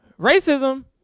racism